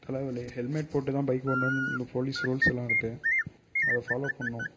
தலை வலி ஹெல்மெட் போட்டு தான் பைக் ஓட்டணுன்னு ஃபோலீஸ் ரூல்ஸ் எல்லாம் இருக்கு அதை ஃபாலோ பண்ணும்